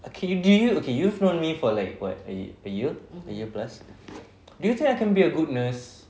okay do you okay you've known me for like what a a year a year plus do you think I can be a good nurse